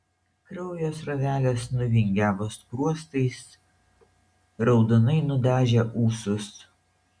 kraujo srovelės nuvingiavo skruostais raudonai nudažė ūsus